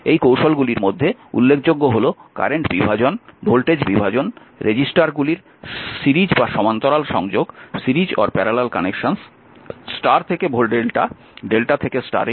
এই কৌশলগুলির মধ্যে উল্লেখযোগ্য হল কারেন্ট বিভাজন ভোল্টেজ বিভাজন রেজিস্টরগুলির সিরিজ বা সমান্তরাল সংযোগ স্টার থেকে ডেল্টা ডেল্টা থেকে স্টারে রূপান্তর ইত্যাদি